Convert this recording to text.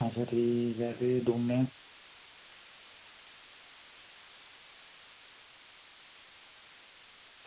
अच्छा ठीक ऐ ते डूनै ई